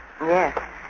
Yes